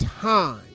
time